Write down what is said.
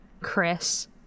Chris